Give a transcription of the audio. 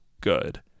good